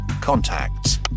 Contacts